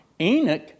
Enoch